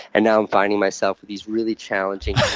and now i'm finding myself with these really challenging,